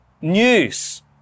news